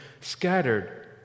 scattered